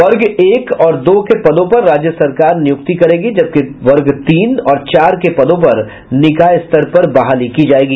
वर्ग एक और दो के पदों पर राज्य सरकार नियुक्ति करेगी जबकि वर्ग तीन और चार के पदों पर निकाय स्तर पर बहाली की जायेगी